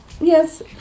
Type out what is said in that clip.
Yes